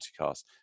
multicast